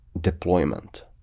deployment